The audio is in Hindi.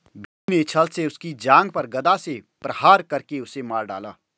भीम ने छ्ल से उसकी जांघ पर गदा से प्रहार करके उसे मार डाला